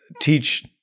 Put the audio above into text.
teach